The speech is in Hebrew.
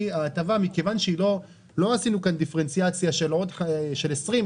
מכיוון שלא עשינו כאן דיפרנציאציה של 20,